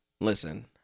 listen